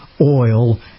oil